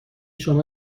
شما